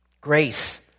grace